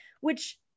which-